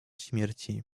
śmierci